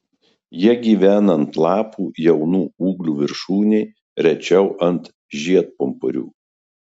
jie gyvena ant lapų jaunų ūglių viršūnių rečiau ant žiedpumpurių